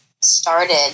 started